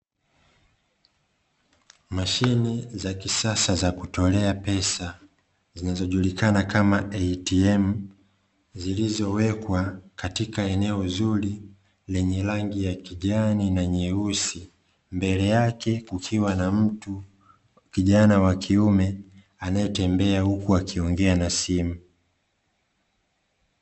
Mashine za kisasa za kutolea pesa, zinazojulikana kama "atm" zilizowekwa katika eneo zuri, lenye rangi ya kijani na nyeusi. Mbele yake kukiwa na mtu, kijana wa kiume anayetembea huku akiongea na simu.